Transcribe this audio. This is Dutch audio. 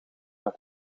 het